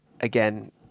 again